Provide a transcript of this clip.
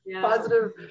positive